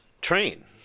train